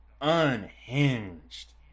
unhinged